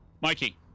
Mikey